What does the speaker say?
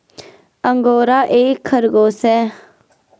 angora एक खरगोश है